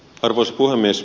arvoisa puhemies